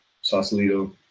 Sausalito